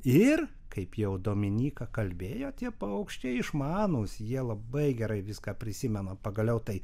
ir kaip jau dominyka kalbėjo tie paukščiai išmanūs jie labai gerai viską prisimena pagaliau tai